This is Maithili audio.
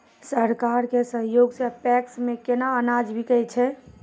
सरकार के सहयोग सऽ पैक्स मे केना अनाज बिकै छै?